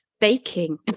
baking